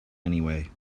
anyway